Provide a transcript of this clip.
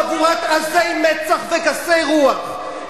חבורת עזי מצח וגסי רוח,